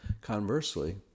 Conversely